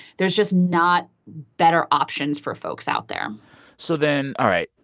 there's just not better options for folks out there so then all right,